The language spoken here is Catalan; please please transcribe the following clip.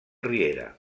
riera